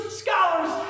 scholars